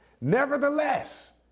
Nevertheless